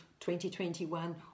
2021